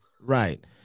right